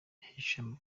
yahishuye